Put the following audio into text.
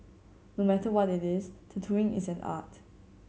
no matter what it is tattooing is an art